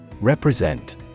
Represent